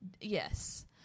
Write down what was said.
Yes